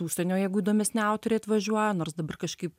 užsienio jėgų įdomesni autoriai atvažiuoja nors dabar kažkaip